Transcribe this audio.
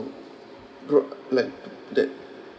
brou~ like that